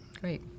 Great